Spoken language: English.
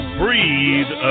breathe